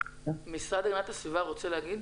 המשרד להגנת הסביבה רוצה להגיב?